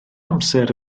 amser